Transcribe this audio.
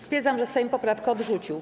Stwierdzam, że Sejm poprawkę odrzucił.